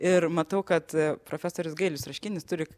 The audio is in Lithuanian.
ir matau kad profesorius gailius raškinis turi